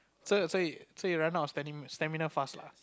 so so you so you run out of stamina stamina fast lah